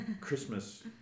Christmas